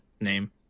name